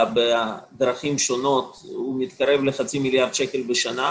בדרכים שונות שמתקרב לחצי מיליארד שקל בשנה,